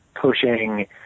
pushing